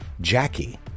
Jackie